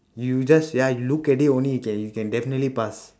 you just ya you look at it only you can you can definitely pass